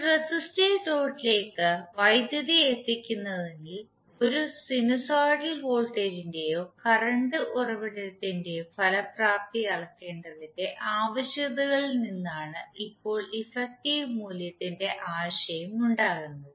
ഒരു റെസിസ്റ്റീവ് ലോഡിലേക്ക് വൈദ്യുതി എത്തിക്കുന്നതിൽ ഒരു സിനുസോയ്ഡൽ വോൾട്ടേജിന്റെയോ കറന്റ് ഉറവിടത്തിന്റെയോ ഫലപ്രാപ്തി അളക്കേണ്ടതിന്റെ ആവശ്യകതയിൽ നിന്നാണ് ഇപ്പോൾ ഇഫക്ടിവ് മൂല്യത്തിന്റെ ആശയം ഉണ്ടാകുന്നത്